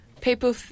people